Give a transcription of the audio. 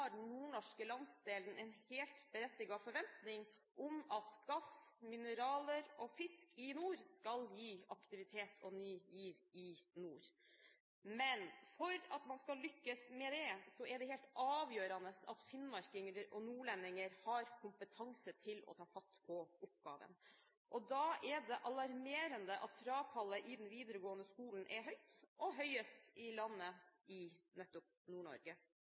den nordnorske landsdelen en helt berettiget forventning om at gass, mineraler og fisk i nord skal gi aktivitet og ny giv i nord. Men for at man skal lykkes med det, er det helt avgjørende at finnmarkinger og nordlendinger har kompetanse til å ta fatt på oppgaven. Da er det alarmerende at frafallet i den videregående skolen er høyt, og høyest i landet i nettopp